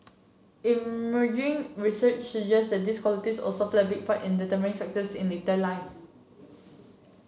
emerging research suggests that these qualities also play a big part in determining success in later life